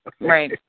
Right